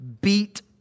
beat